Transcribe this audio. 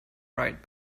right